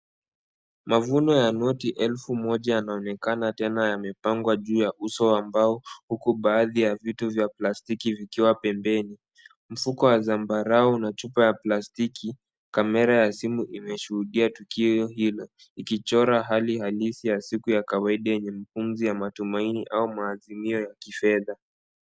Mavuno ya noti elfu moja yanaonekana tena yamepangwa juu ya uso wa mbao huku baadhi ya vitu vya plastiki vikiwa pembeni. Mfuko wa zambarau una chupa ya plastiki, kamera ya simu imeshuhudia tukio hilo ikichora hali halisi ya siku ya kwaida yenye muhunzi ya matumaini au maazimio ya kifedha.